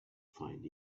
find